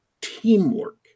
teamwork